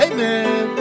Amen